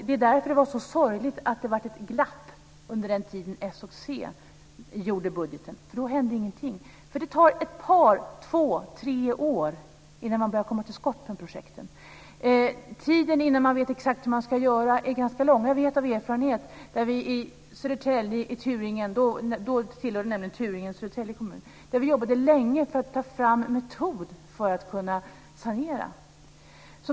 Det är därför det var så sorgligt att det blev ett glapp under den tid då Socialdemokraterna och Centern gjorde budgeten. Då hände ingenting. Det tar två tre år innan man börjar komma till skott med projekten. Tiden innan man vet exakt hur man ska göra är ganska lång. Det vet jag av erfarenhet. Förr tillhörde Turingen Södertälje kommun. Där jobbade vi länge för att ta fram en metod för att kunna sanera.